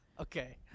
Okay